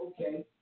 okay